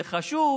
זה חשוב